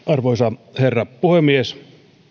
arvoisa herra puhemies